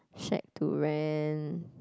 shack to rent